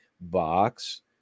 box